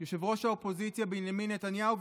ראש האופוזיציה בנימין נתניהו.